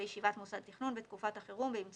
שלגביהם החובה על מוסד התכנון לספק להם את האמצעים,